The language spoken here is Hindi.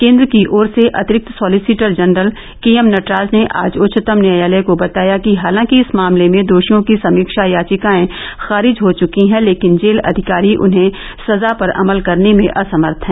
केन्द्र की ओर से अतिरिक्त solicitor general K M Nataraj ने आज उच्चतम न्यायालय को बताया कि हालांकि इस मामले में दोषियों की समीक्षा याचिकाएं खारिज हो चुकी हैं लेकिन जेल अधिकारी उन्हें सजा पर अमल करने में असमर्थ हैं